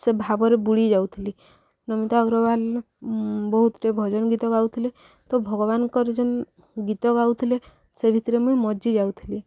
ସେ ଭାବରେ ବୁଡ଼ି ଯାଉଥିଲି ନମିତା ଅଗ୍ରୱାଲ ବହୁତଟେ ଭଜନ ଗୀତ ଗାଉଥିଲେ ତ ଭଗବାନଙ୍କର ଯେନ୍ ଗୀତ ଗାଉଥିଲେ ସେ ଭିତରେ ମୁଇଁ ମଜି ଯାଉଥିଲି